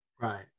Right